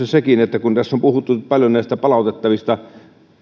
sekin että kun tässä on puhuttu paljon näistä irakiin palautettavista